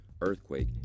earthquake